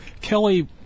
Kelly